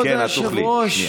כן, את תוכלי.